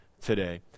today